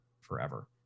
forever